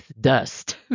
dust